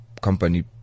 company